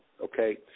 okay